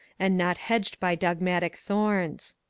and not hedged by dogmatic thorns.